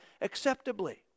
acceptably